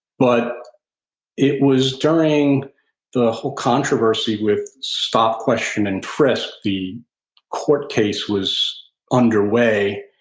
but it was during the whole controversy with stop, question, and frisk. the court case was underway.